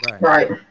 Right